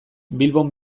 bilbon